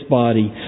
body